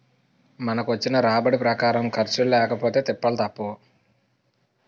మనకొచ్చిన రాబడి ప్రకారం ఖర్చులు లేకపొతే తిప్పలు తప్పవు